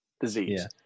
disease